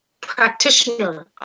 practitioner